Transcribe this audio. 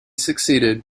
succeeded